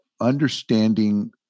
understanding